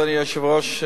אדוני היושב-ראש,